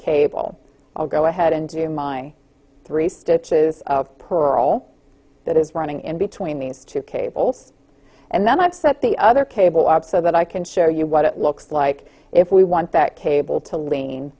cable i'll go ahead and do my three stitches of pearl that is running in between these two cables and then i've set the other cable up so that i can show you what it looks like if we want that cable to lean